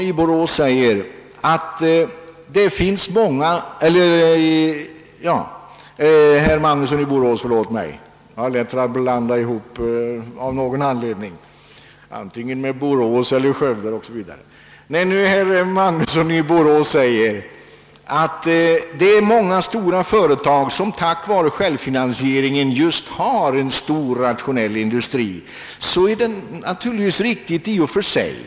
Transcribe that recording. När nu herr Magnusson i Borås säger att många stora företag just tack vare självfinansieringen kan driva en rationell industri, så är detta naturligtvis i och för sig riktigt.